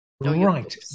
Right